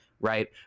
right